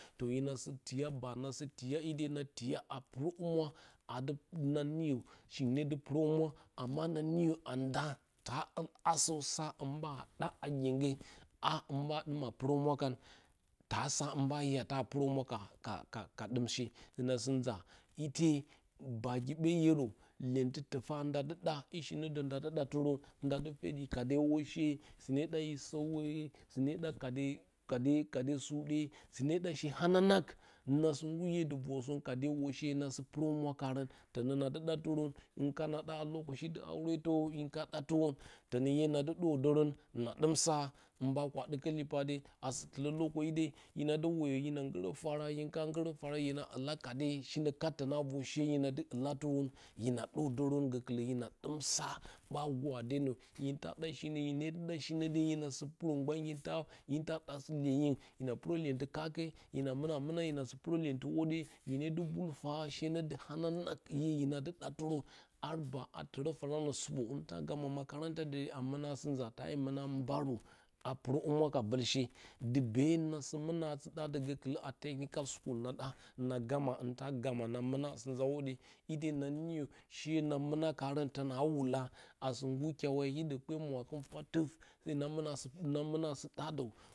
Toh ina sidiya ba na sitiya ite na tiya a purə humwa, adu na niyi shiung ne dɨ purə humwa, na sɨ niyə ando ta ul asə sa hin ə wa ɗa a guengye a hunba dum a purə humwa kah, ta sa hinbe bah a purə humha ka ka dim shi na sɨ nza ite bagi ɓe yero iyentɨ tufa nda dɨ da ishi ned ndadɨ da tɨron naddɨ pedə ko oshe sune ɗa yi sawye, sunu ɗa kade kade kate suɗe sune ɗa she hananang. Nna sɨ guriye diplsu rosoron kade ushe na so puro humwa karə tənə na de da tirən him kana ɗ a ite mya dɨ nza hwodiye, hin kana ɗa turə, tonə iye nadɨ ɗodorən na dɨm sa hin ɓa kura ɗukə lipode a tulə ite hina dɨ woye hina ngurə fara hin kana nguna fara hina ulla kade shinə kat dona vor she hina dɨ ula dɨrə hing dəidəran gukulə him dim sa ɓ a gwadenə. him ta ɗa shiə hine dɨ ɗa shinə də hina sɨ purə gban hinta, hinta ɗa sɨ iyenyen hine purə iyentɨ kake, hina mɨna mɨna hina sɨ su purə iyenti hwodiye hine dɨ bul fara she ne də hananang iye hinə di ɗatirə ba tilə foranə supo hinta mbogə makaranta de a muna sɨ ma dayə mɨno mbarə a purə humuwa ka bolshe ndɨ be na sɨ muna sɨ ɗadə gakulə na ɗa na gama hin da mba gərə na muna sɨ nza hwodiye ide na niyə she na mɨnatarə təna wula a sit yur kyawaye hiɗə hiɗə, lepe murakɨn fwad duf na muna na muna in dəadə.